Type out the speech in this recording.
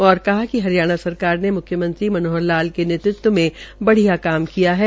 और कहा कि हरियाणा सरकार ने मुख्यमंत्रीमनोहर लाल के नेतृत्व में ब्राियों काम किया है